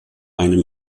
einem